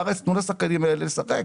בארץ תנו לשחקנים האלה לשחק.